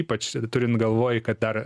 ypač turint galvoj kad dar